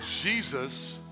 Jesus